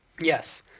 Yes